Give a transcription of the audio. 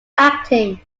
acting